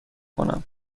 کنم